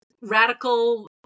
radical